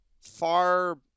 far